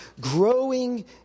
growing